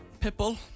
Pitbull